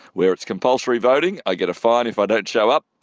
where it's compulsory voting. i get a fine if i don't show up.